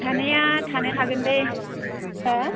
थानाया थानो हागोन दे हो